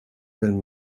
been